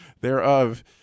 thereof